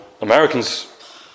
Americans